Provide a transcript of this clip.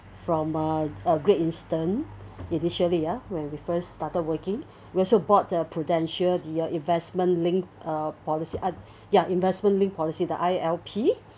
from a a Great Eastern initially ah when we first started working we also bought the Prudential the uh investment linked a policy uh ya investment linked policy the I_L_P